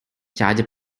charger